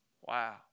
Wow